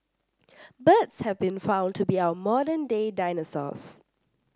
birds have been found to be our modern day dinosaurs